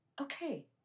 Okay